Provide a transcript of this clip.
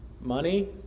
Money